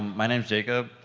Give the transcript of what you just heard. my name's jacob.